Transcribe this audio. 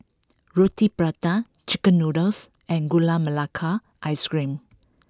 Roti Prata Chicken Noodles and Gula Melaka Ice Cream